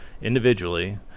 individually